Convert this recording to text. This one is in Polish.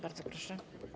Bardzo proszę.